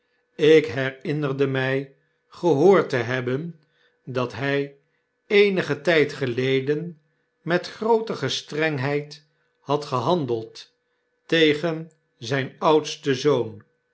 ik herinnerde my gehoord te hebben dat hij eenigen tyd geleden met groote gestrengheid had gehandeld tegen zyn oudsten zoon